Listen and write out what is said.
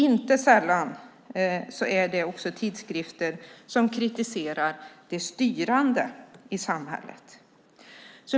Inte sällan är det också tidskrifter som kritiserar de styrande i samhället.